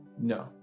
no